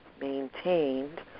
maintained